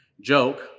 joke